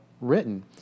written